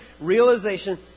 realization